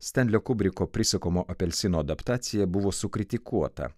stenlio kubriko prisukamo apelsino adaptacija buvo sukritikuota